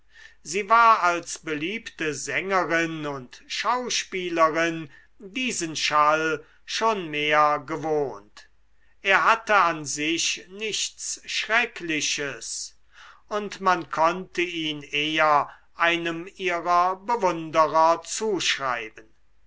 sie war als beliebte sängerin und schauspielerin diesen schall schon mehr gewohnt er hatte an sich nichts schreckliches und man konnte ihn eher einem ihrer bewunderer zuschreiben